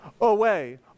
away